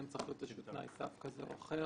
צריך להיות איזשהו תנאי סף כזה או אחר.